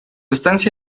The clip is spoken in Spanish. estancia